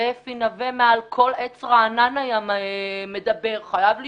זה אפי נוה מעל כל עץ רענן היה מדבר, חייב לשמור,